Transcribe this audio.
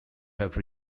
have